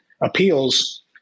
Appeals